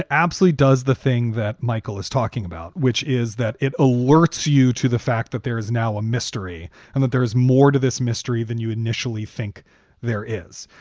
absolutely. does the thing that michael is talking about, which is that it alerts you to the fact that there is now a mystery and that there is more to this mystery than you initially think there is.